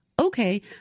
Okay